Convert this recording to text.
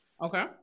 Okay